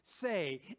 say